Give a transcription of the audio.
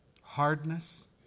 hardness